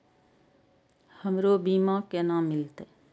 हमरो बीमा केना मिलते?